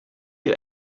you